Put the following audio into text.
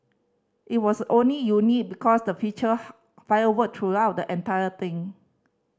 it was only unique because the featured firework throughout the entire thing